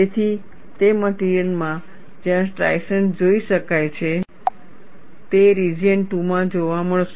તેથી તે મટિરિયલ માં જ્યાં સ્ટ્રાઇશન્સ જોઈ શકાય છે તે રિજિયન 2 માં જોવા મળશે